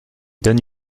donne